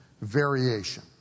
variation